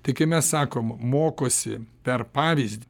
tai kai mes sakom mokosi per pavyzdį